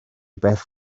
beth